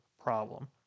problem